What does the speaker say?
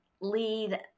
lead